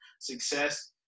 success